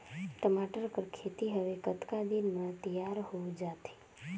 टमाटर कर खेती हवे कतका दिन म तियार हो जाथे?